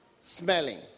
smelling